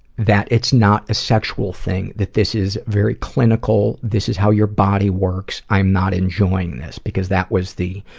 that it's not a sexual thing, that this is very clinical, this is how your body works, i'm not enjoying this. because that was the,